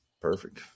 perfect